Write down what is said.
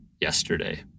yesterday